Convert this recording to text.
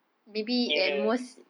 nearer